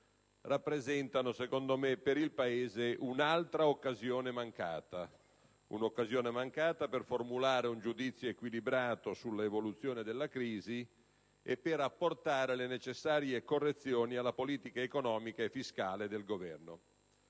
rappresentano per il Paese, secondo me, un'altra occasione mancata per formulare un giudizio equilibrato sull'evoluzione della crisi e per apportare le necessarie correzioni alla politica economica e fiscale del Governo.